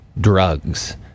drugs